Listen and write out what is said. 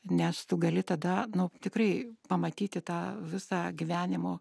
nes tu gali tada nu tikrai pamatyti tą visą gyvenimo